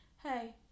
hey